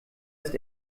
ist